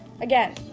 again